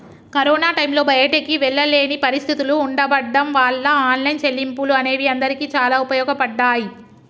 corona టైంలో బయటికి వెళ్ళలేని పరిస్థితులు ఉండబడ్డం వాళ్ళ ఆన్లైన్ చెల్లింపులు అనేవి అందరికీ చాలా ఉపయోగపడ్డాయి